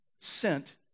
sent